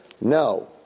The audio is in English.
No